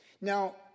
Now